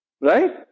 Right